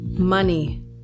money